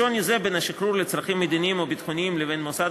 משוני זה בין השחרור לצרכים מדיניים או ביטחוניים לבין מוסד